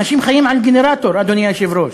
אנשים חיים על גנרטור, אדוני היושב-ראש,